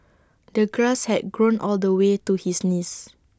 the grass had grown all the way to his knees